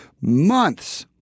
months